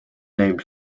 named